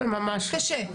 קשה.